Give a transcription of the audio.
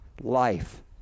life